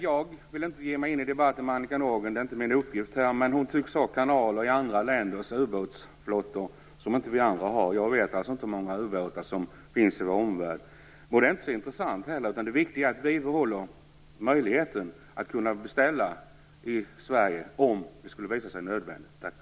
Jag vill inte ge mig in i debatten med Annika Nordgren. Det är inte min uppgift här. Men hon tycks ha kanaler i andra länders ubåtsflottor som inte vi andra har. Jag vet inte hur många ubåtar som finns i vår omvärld. Det är heller inte så intressant. Det viktiga är att vi behåller möjligheten att kunna beställa i Sverige om det skulle visa sig nödvändigt.